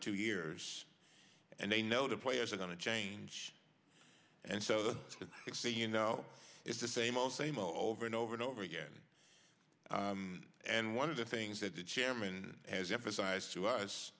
two years and they know the players are going to change and so you know it's the same ole same ole over and over and over again and one of the things that the chairman has emphasized to us